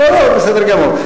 לא, לא, בסדר גמור.